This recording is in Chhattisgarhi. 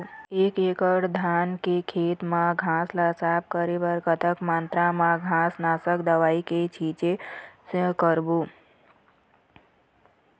एक एकड़ धान के खेत मा घास ला साफ करे बर कतक मात्रा मा घास नासक दवई के छींचे करबो?